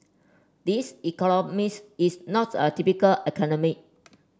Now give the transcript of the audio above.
this economist is not a typical academic